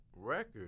record